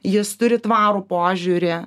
jis turi tvarų požiūrį